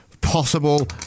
possible